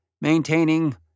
Maintaining